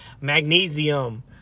magnesium